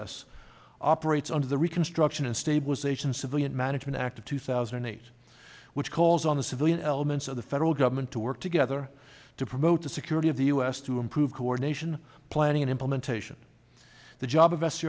s operates under the reconstruction and stabilization civilian management act of two thousand and eight which calls on the civilian elements of the federal government to work together to promote the security of the u s to improve coordination planning and implementation the job